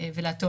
זה תמיד נכון,